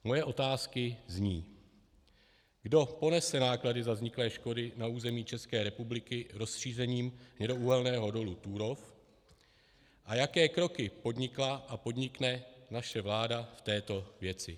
Moje otázky zní, kdo ponese náklady za vzniklé škody na území České republiky rozšířením hnědouhelného dolu Turów a jaké kroky podnikla a podnikne naše vláda v této věci.